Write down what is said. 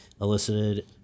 elicited